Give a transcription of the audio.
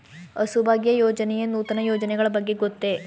ಹಸುಭಾಗ್ಯ ಯೋಜನೆಯ ನೂತನ ಯೋಜನೆಗಳ ಬಗ್ಗೆ ಗೊತ್ತೇ?